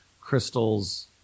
crystals